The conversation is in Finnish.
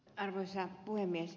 arvoisa puhemies